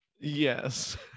Yes